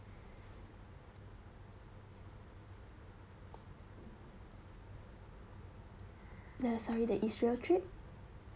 the sorry the isreal trip